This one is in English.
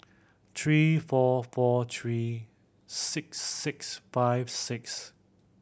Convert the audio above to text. three four four three six six five six